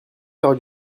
faire